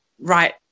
right